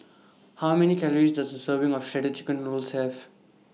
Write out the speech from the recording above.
How Many Calories Does A Serving of Shredded Chicken Noodles Have